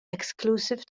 exclusive